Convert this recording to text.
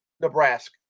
Nebraska